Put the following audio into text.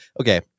okay